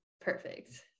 perfect